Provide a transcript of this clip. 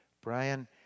Brian